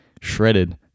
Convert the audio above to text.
shredded